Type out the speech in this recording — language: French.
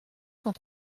cent